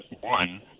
one